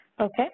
Okay